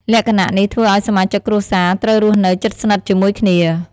លក្ខណៈនេះធ្វើឲ្យសមាជិកគ្រួសារត្រូវរស់នៅជិតស្និទ្ធជាមួយគ្នា។